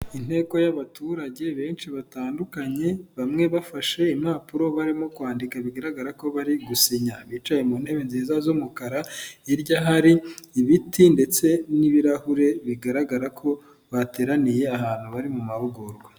Inteko y'abaturage benshi batandukanye, bamwe bafashe impapuro barimo kwandika, bigaragara ko bari gusinya, bicaye mu ntebe nziza z'umukara; hirya hari ibiti ndetse n'ibirahure bigaragara ko bateraniye ahantu bari mu mahugurwa.